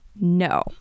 no